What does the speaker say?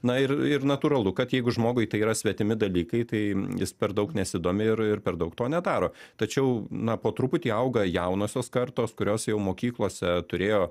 na ir ir natūralu kad jeigu žmogui tai yra svetimi dalykai tai jis per daug nesidomi ir ir per daug to nedaro tačiau na po truputį auga jaunosios kartos kurios jau mokyklose turėjo